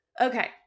Okay